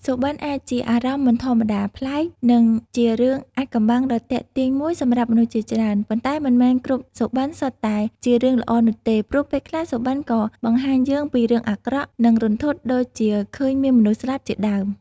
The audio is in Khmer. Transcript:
សុបិន្តអាចជាអារម្មណ៍មិនធម្មតា ប្លែក និងជារឿងអាថ៌កំបាំងដ៏ទាក់ទាញមួយសម្រាប់មនុស្សជាច្រើន ប៉ុន្តែមិនមែនគ្រប់សុបិន្តសុទ្ធតែជារឿងល្អនោះទេ ព្រោះពេលខ្លះសុបន្តិក៏បង្ហាញយើងពីរឿងអាក្រក់ និងរន្ធត់ដូចជាឃើញមានមនុស្សស្លាប់ជាដើម។